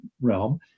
realm